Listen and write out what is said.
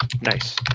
Nice